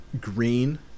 green